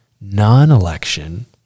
non-election